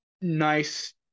nice